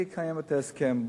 אני אקיים את ההסכם.